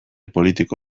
politiko